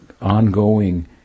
ongoing